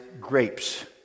grapes